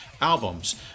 albums